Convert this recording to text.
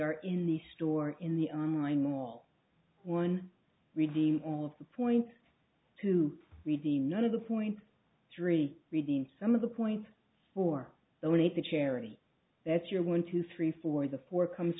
are in the store in the on line mall one reading all of the points to read the none of the points three reading some of the points for donate to charity that's your one two three four the four comes